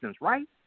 right